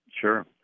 Sure